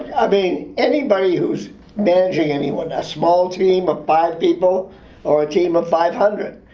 mean, anybody who's managing anyone, a small team of five people or a team of five hundred,